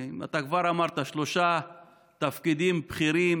ואתה כבר אמרת: שלושה תפקידים בכירים.